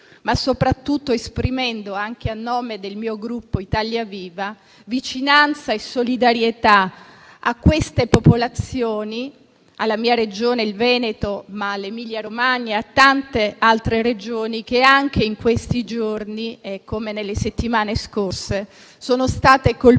E soprattutto vorrei esprimere, anche a nome del mio Gruppo Italia Viva, vicinanza e solidarietà a quelle popolazioni, alla mia Regione, il Veneto, e anche all'Emilia-Romagna e alle tante altre Regioni che anche in questi giorni, come nelle settimane scorse, sono state colpite,